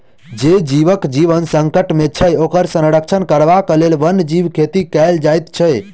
जे जीवक जीवन संकट मे छै, ओकर संरक्षण करबाक लेल वन्य जीव खेती कयल जाइत छै